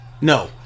No